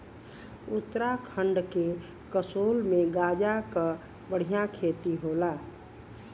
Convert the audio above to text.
उत्तराखंड के कसोल में गांजा क बढ़िया खेती होला